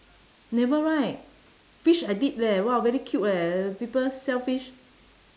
never right fish I did leh !wow! very cute leh people sell fish